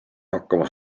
hakkama